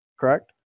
Correct